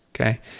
okay